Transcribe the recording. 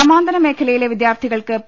സമാന്തരമേഖലയിലെ വിദ്യാർഥികൾക്ക് പി